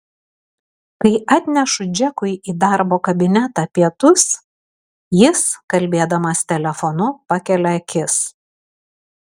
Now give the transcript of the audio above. kai atnešu džekui į darbo kabinetą pietus jis kalbėdamas telefonu pakelia akis